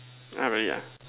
ah really ah